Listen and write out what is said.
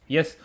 Yes